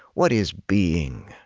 what is being?